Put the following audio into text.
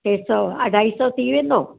टे सौ अढाई सौ थी वेंदो